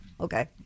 okay